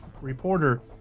reporter